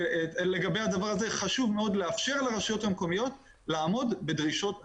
חשוב לאפשר לרשויות המקומיות לעמוד בדרישות החוק.